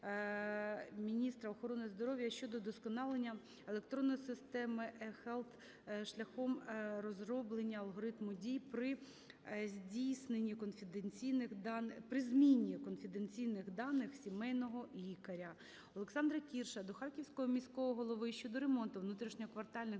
міністра охорони здоров'я щодо удосконалення електронної системи Ehealth шляхом розроблення алгоритму дій при здійсненні конфіденційних даних… при зміні конфіденційних даних сімейного лікаря. Олександра Кірша до харківського міського голови щодо ремонту внутрішньоквартальних